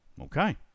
Okay